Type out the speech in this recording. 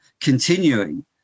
continuing